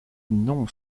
non